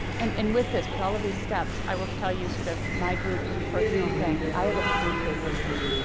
and and with this, with all of these steps, i will tell you sort of my group's personal thing, i have a three-paper rule,